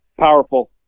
powerful